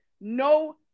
no